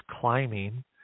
climbing